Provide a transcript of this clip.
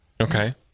Okay